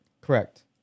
Correct